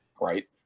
Right